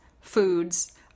foods